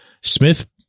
Smith